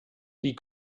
die